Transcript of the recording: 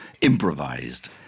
improvised